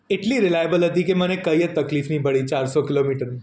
એટલી રિલયાબલ હતી કે મને કંઈ જ તકલીફ નહીં પડી ચારસો કિલોમીટર